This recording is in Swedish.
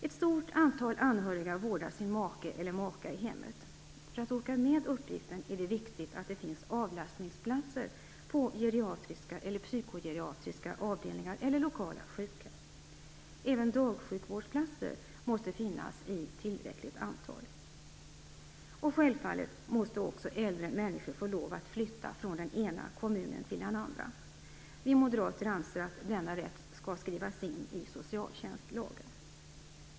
Ett stort antal anhöriga vårdar sin make eller maka i hemmet. För att orka med uppgiften är det viktigt att det finns avlastningsplatser på geriatriska eller psykogeriatriska avdelningar eller lokala sjukhem. Även dagsjukvårdsplatser måste finnas i tillräckligt antal. Självfallet måste också äldre människor få lov att flytta från den ena kommunen till den andra. Vi moderater anser att denna rätt skall skrivas in i socialtjänstlagen.